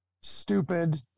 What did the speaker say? stupid